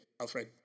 Alfred